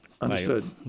Understood